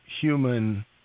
human